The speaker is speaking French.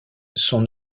son